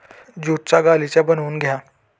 ज्यूटचा गालिचा बनवून घ्या